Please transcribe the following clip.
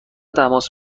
تماس